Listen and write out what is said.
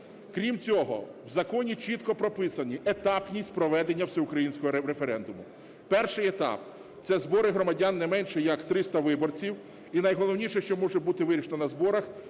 Крім цього, в законі чітко прописані етапність проведення всеукраїнського референдуму. Перший етап – це збори громадян не менше як 300 виборців. І найголовніше, що може бути вирішено на зборах,